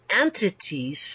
entities